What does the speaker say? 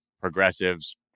progressives